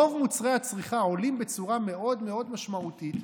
רוב מוצרי הצריכה עולים בצורה משמעותית מאוד,